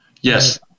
Yes